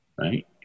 right